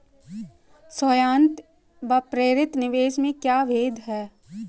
स्वायत्त व प्रेरित निवेश में क्या भेद है?